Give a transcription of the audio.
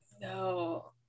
No